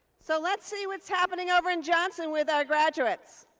so let's see what's happening over in johnson with our graduates.